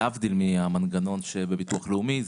להבדיל מהמנגנון בביטוח הלאומי,